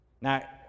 Now